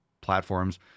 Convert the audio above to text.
platforms